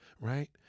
right